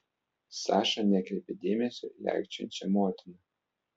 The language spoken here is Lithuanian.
saša nekreipė dėmesio į aikčiojančią motiną